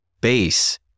base